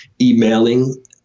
emailing